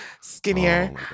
skinnier